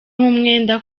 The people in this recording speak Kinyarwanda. umwenda